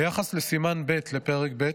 ביחס לסימן ב' בפרק ב',